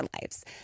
lives